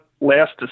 last